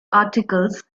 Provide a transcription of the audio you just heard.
articles